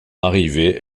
arrivée